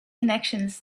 connections